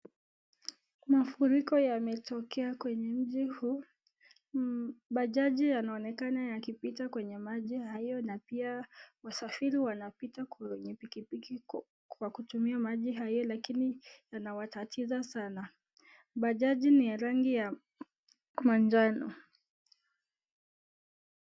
Mafuriko yametokea kwenye mji huu. Majani yanaonekana yakipita kwenye maji hayo na pia wasafiri wanapita kwenye pikipiki kwa kutumia maji hayo lakini yanawatatiza sana. Majani ni ya rangi ya manjano.